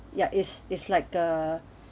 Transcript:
ya is is like the